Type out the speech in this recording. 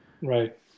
Right